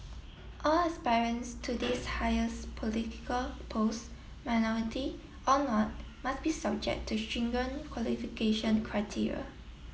all aspirants to this highest political post minority or not must be subject to stringent qualification criteria